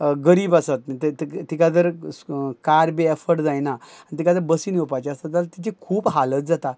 गरीब आसत तिका जर स्कु कार बी एफर्ट जायना आनी तिका जर बसीन येवपाचें आसत जाल्या तिची खूब हालत जाता